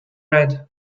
red